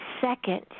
second